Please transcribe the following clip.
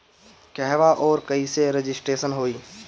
कहवा और कईसे रजिटेशन होई?